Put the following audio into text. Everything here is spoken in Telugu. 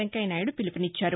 వెంకయ్య నాయుడు పిలుపునిచ్చారు